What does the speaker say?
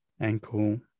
ankle